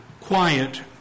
quiet